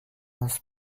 must